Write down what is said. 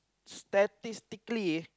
statistically